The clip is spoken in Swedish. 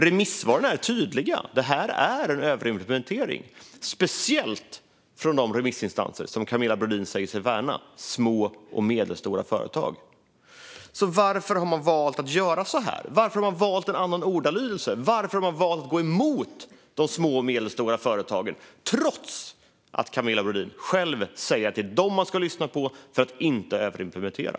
Remissvaren är tydliga med att det är en överimplementering, speciellt från de remissinstanser som Camilla Brodin säger sig värna: små och medelstora företag. Varför har man då valt att göra så här? Varför har man valt en annan ordalydelse? Varför har man valt att gå emot de små och medelstora företagen, trots att Camilla Brodin själv säger att det är dem man ska lyssna på för att inte överimplementera?